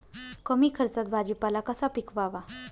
कमी खर्चात भाजीपाला कसा पिकवावा?